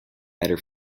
better